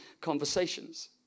conversations